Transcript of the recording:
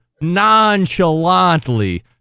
nonchalantly